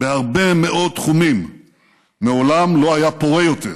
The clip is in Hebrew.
בהרבה מאוד תחומים מעולם לא היה פורה יותר,